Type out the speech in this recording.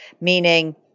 Meaning